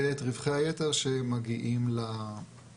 ואת רווחי היתר שמגיעים לקרן.